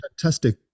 fantastic